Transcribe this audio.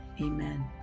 amen